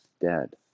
dead